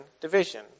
division